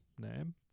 name